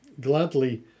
gladly